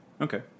Okay